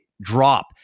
drop